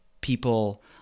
people